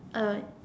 uh